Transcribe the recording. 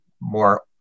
more